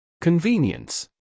Convenience